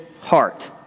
heart